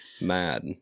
mad